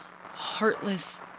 heartless